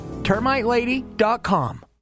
TermiteLady.com